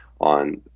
on